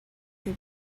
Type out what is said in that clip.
your